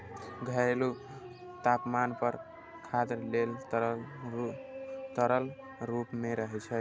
घरेलू तापमान पर खाद्य तेल तरल रूप मे रहै छै